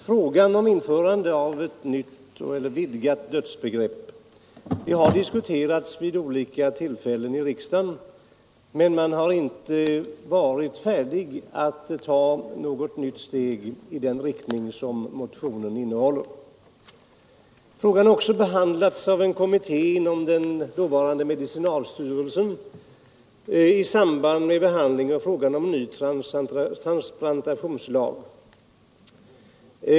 Frågan om införandet av ett nytt eller vidgat dödsbegrepp har vid olika tillfällen diskuterats i riksdagen, men man har inte varit färdig att ta något steg i den riktning som motionen föreslår. Frågan har också behandlats av en kommitté inom den dåvarande medicinalstyrelsen i samband med behandlingen av ny transplantationslag.